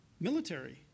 Military